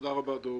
תודה רבה, דב.